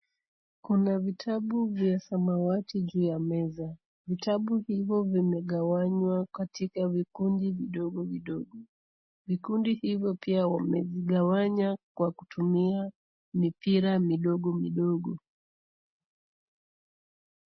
Kuna vitabu vya samawati juu ya meza. Vitabu hivyo vimegawanywa katika vikundi vidogo vidogo. Vikundi hivyo pia wamevigawanya kwa kutumia mipira midogo midogo.